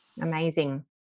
Amazing